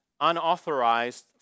Unauthorized